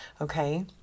Okay